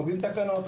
קובעים תקנות,